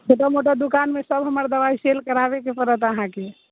छोटा मोटा दुकानमे सभ हमर दवाइ सेल कराबेके पड़त अहाँकेँ